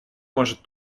может